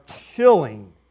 chilling